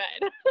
good